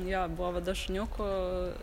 jo buvo vada šuniukų